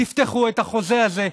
תפתחו את החוזה הזה,